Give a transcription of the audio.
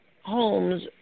homes